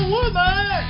woman